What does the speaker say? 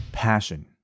passion